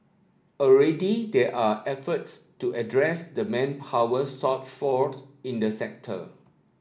already there are efforts to address the manpower shortfall in the sector